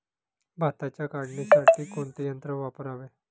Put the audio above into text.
भाताच्या काढणीसाठी कोणते यंत्र वापरावे?